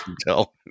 tell